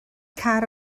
car